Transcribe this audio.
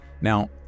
Now